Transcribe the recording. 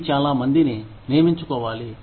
ఈ చాలా మందిని నియమించుకోవాలి